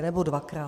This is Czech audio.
Nebo dvakrát.